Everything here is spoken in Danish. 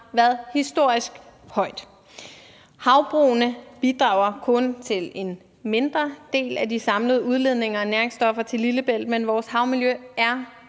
været historisk højt. Havbrugene bidrager kun til en mindre del af de samlede udledninger af næringsstoffer til Lillebælt, men vores havmiljø er